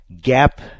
GAP